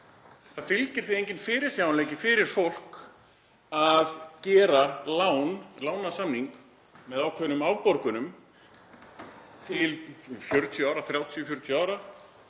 Það fylgir því enginn fyrirsjáanleiki fyrir fólk að gera lánasamning með ákveðnum afborgunum til 30, 40 ára